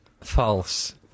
False